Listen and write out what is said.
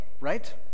right